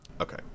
okay